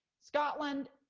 scotland,